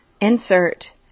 insert